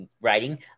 writing